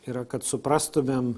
yra kad suprastumėm